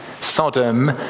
Sodom